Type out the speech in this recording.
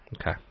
Okay